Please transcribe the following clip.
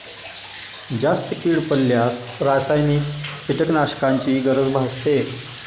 जास्त कीड पडल्यास रासायनिक कीटकनाशकांची गरज भासते